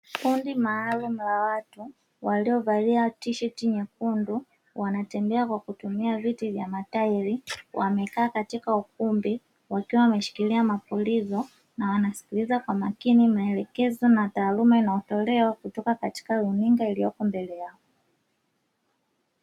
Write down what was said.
Kundi maalumu la watu, waliovalia tisheti nyekundu, wanatembea kwa kutumia viti vya matairi. Wamekaa katika ukumbi, wakiwa wameshikilia mapulizo na wanasikiliza kwa makini maelekezo na taaluma inayotolewa kutoka katika runinga iliyopo mbele yao.